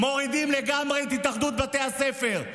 מורידים לגמרי את התאחדות בתי הספר,